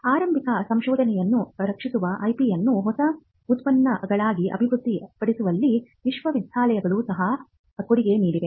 ಆರಂಭಿಕ ಸಂಶೋಧನೆಯನ್ನು ರಕ್ಷಿಸುವ ಐಪಿಯನ್ನು ಹೊಸ ಉತ್ಪನ್ನಗಳಾಗಿ ಅಭಿವೃದ್ಧಿಪಡಿಸುವಲ್ಲಿ ವಿಶ್ವವಿದ್ಯಾಲಯಗಳು ಸಹ ಕೊಡುಗೆ ನೀಡಿವೆ